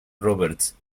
roberts